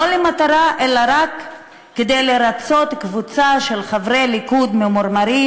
לא למטרה אלא רק כדי לרצות קבוצה של חברי ליכוד ממורמרים